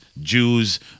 Jews